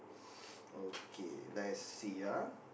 okay let's see ah